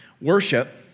worship